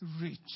rich